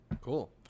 Cool